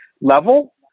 level